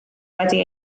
wedi